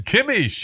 Kimmy